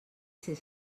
ser